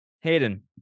hayden